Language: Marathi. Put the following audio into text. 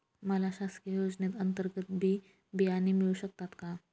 मला शासकीय योजने अंतर्गत बी बियाणे मिळू शकतात का?